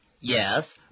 Yes